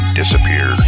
disappear